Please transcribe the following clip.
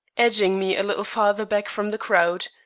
edging me a little farther back from the crowd.